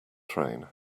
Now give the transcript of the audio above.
train